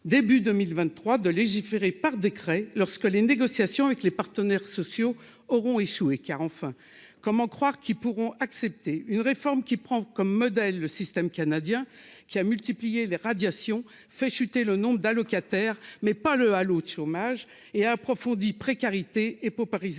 début 2023 de légiférer par décret lorsque les négociations avec les partenaires sociaux auront échoué car enfin, comment croire qu'ils pourront accepter une réforme qui prend comme modèle le système canadien qui a multiplié les radiations fait chuter le nombre d'allocataires, mais pas le Hal au chômage et approfondie, précarité et paupérisation